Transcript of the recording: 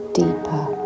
deeper